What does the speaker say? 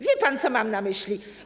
Wie pan, co mam na myśli.